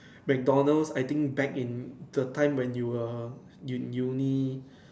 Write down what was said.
McDonald's I think back in the time when you were in Uni